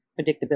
predictability